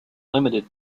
limited